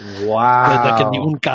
Wow